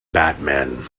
batman